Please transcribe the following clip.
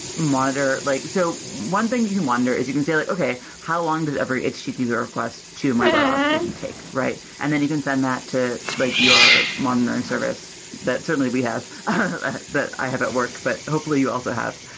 monitor like so one thing you wonder is you can say like, okay, how long does every http request to my web application take? and then you can send that to like your monitoring service that certainly we have, ah that i have at work, but hopefully you also have.